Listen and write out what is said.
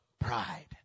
Pride